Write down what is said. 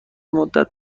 مدت